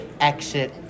exit